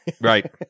Right